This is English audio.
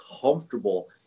comfortable